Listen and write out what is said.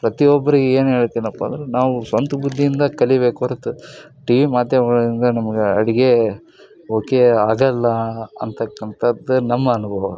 ಪ್ರತಿಯೊಬ್ಬರಿಗೆ ಏನು ಹೇಳ್ತೆನಪ್ಪ ಅಂದರೆ ನಾವು ಸ್ವಂತ ಬುದ್ಧಿಯಿಂದ ಕಲಿಬೇಕು ಹೊರತು ಟಿವಿ ಮಾಧ್ಯಮಗಳಿಂದ ನಮಗೆ ಅಡುಗೆ ಓಕೆ ಆಗೋಲ್ಲ ಅಂತಕ್ಕಂಥದ್ದು ನಮ್ಮ ಅನುಭವ